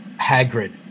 Hagrid